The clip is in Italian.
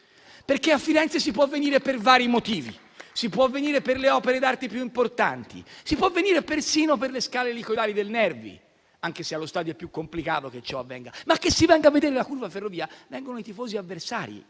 A Firenze si può venire per vari motivi: si può venire per le opere d'arte più importanti, si può venire persino per le scale elicoidali del Nervi (anche se allo stadio è più complicato che ciò avvenga). Ma che si venga a vedere la curva Ferrovia! Vengono i tifosi avversari